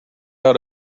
out